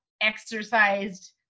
exercised